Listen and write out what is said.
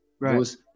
Right